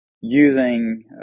using